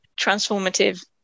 transformative